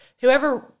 Whoever